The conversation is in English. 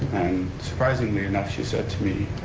surprisingly enough she said to me,